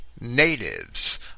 natives